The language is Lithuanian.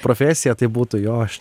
profesiją tai būtų jo aš